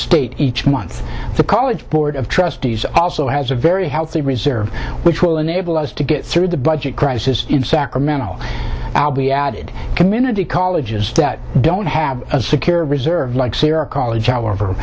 state each month the college board of trustees also has a very healthy reserve which will enable us to get through the budget crisis in sacramento albi added community colleges that don't have a secure reserve like sarah college however